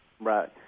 Right